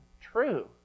true